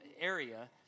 area